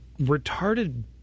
retarded